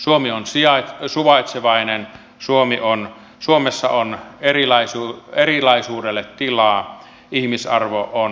suomi on suvaitsevainen suomessa on erilaisuudelle tilaa ihmisarvo on jakamaton